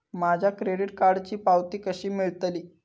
माझ्या क्रेडीट कार्डची पावती कशी मिळतली?